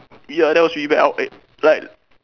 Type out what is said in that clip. ya that was really back out then like